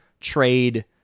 trade